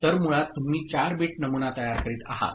तर मुळात तुम्ही 4 बिट नमुना तयार करीत आहात